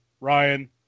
Ryan